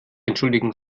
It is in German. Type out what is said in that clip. entschuldigen